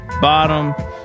bottom